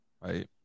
right